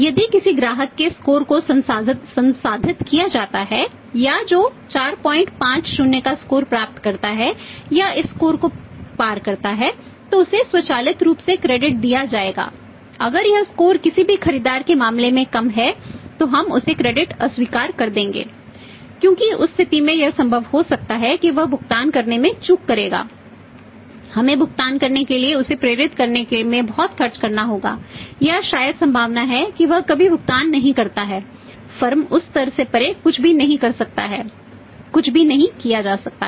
यदि किसी ग्राहक के स्कोर उस स्तर से परे कुछ भी नहीं कर सकता है कुछ भी नहीं किया जा सकता है